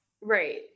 Right